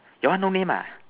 your one no name ah